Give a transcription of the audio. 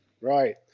right